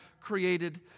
created